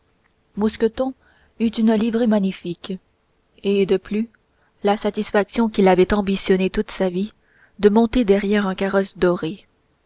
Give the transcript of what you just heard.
mousqueton eut une livrée magnifique et de plus la satisfaction qu'il avait ambitionnée toute sa vie de monter derrière un carrosse doré